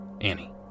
Annie